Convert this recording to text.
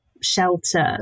shelter